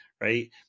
right